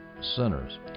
sinners